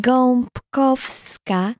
Gąbkowska